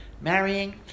marrying